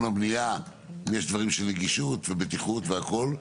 והבנייה יש דברים של נגישות ובטיחות והכול,